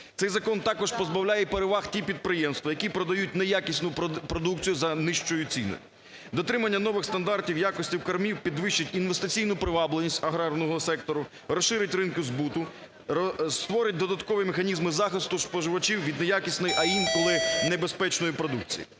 Цей закон також позбавляє і переваг ті підприємства, які продають неякісну продукцію за нижчою ціною. Дотримання нових стандартів якості кормів підвищить інвестиційну привабливість аграрного сектору, розширить ринки збуту, створить додаткові механізми захисту споживачів від неякісної, а інколи небезпечної продукції.